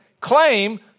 claim